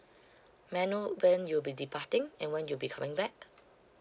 may I know when you'll be departing and when you'll be coming back